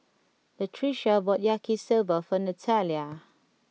Latricia bought Yaki Soba for Nathalia